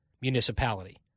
municipality